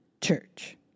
Church